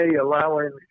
allowing